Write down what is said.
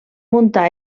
muntar